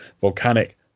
volcanic